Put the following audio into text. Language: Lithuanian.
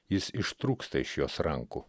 jis ištrūksta iš jos rankų